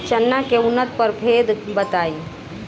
चना के उन्नत प्रभेद बताई?